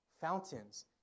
fountains